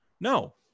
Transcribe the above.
No